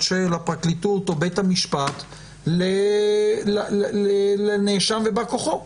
הפרקליטות או בית המשפט לנאשם ובא כוחו.